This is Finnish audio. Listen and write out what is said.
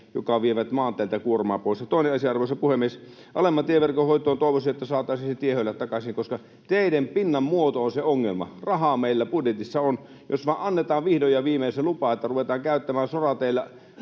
jotka vievät maanteiltä kuormaa pois. Ja toinen asia, arvoisa puhemies: Alemman tieverkon hoitoon toivoisin, että saataisiin ne tiehöylät takaisin, koska teiden pinnanmuoto on se ongelma. Rahaa meillä budjetissa on. Jos vaan annetaan vihdoin ja viimein se lupa, että ruvetaan käyttämään sorateillä